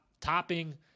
topping